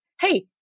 hey